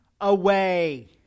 away